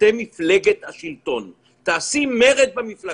אתם מפלגת השלטון, תעשי מרד במפלגה.